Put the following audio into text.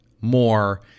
more